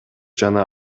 жана